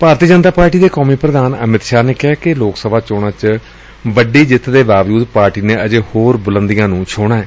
BJP ਦੇ ਕੌਮੀ ਪ੍ਧਾਨ ਅਮਿਤ ਸ਼ਾਹ ਨੇ ਕਿਹੈ ਕਿ ਲੋਕ ਸਭਾ ਚੋਣਾਂ ਚ ਵੱਡੀ ਜਿੱਤ ਦੇ ਬਾਵਜੁਦ ਪਾਰਟੀ ਨੇ ਅਜੇ ਹੋਰ ਬੁਲੰਦੀਆਂ ਨੂੰ ਛੂਹਣਾ ਏ